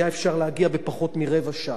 היה אפשר להגיע בפחות מרבע שעה.